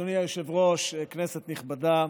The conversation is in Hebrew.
אדוני היושב-ראש, כנסת נכבדה,